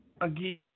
again